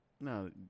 No